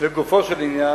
לגופו של עניין,